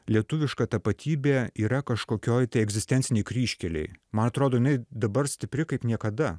lietuviška tapatybė yra kažkokioj tai egzistencinėj kryžkelėj man atrodo jinai dabar stipri kaip niekada